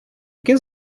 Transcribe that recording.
які